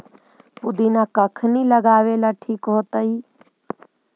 पुदिना कखिनी लगावेला ठिक होतइ?